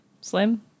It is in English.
slim